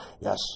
Yes